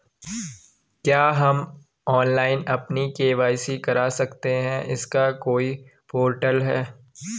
क्या हम ऑनलाइन अपनी के.वाई.सी करा सकते हैं इसका कोई पोर्टल है?